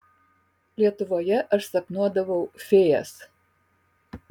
lietuvoje aš sapnuodavau fėjas